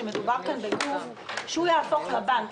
שמדובר כאן בגוף שיהפוך לבנק,